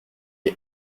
est